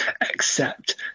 accept